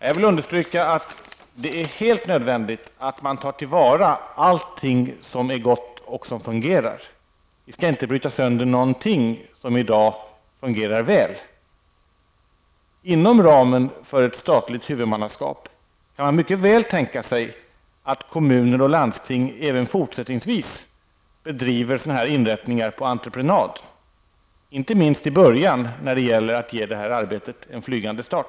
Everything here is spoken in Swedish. Jag vill understryka att det är helt nödvändigt att man tar till vara allting som är gott och som fungerar. Vi skall inte bryta sönder någonting som i dag fungerar väl. Inom ramen för ett statligt huvudmannaskap kan man mycket väl tänka sig att kommuner och landsting även fortsättningvis driver inrättningar på entreprenad, inte minst i början när det gäller att ge arbetet en flygande start.